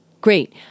Great